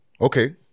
okay